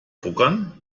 druckern